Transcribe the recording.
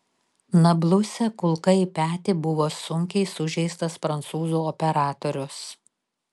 nabluse kulka į petį buvo sunkiai sužeistas prancūzų operatorius